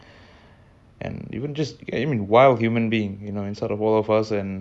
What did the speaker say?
but even to a large extent humans are unfair animals very different from other animals